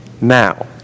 now